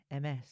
MS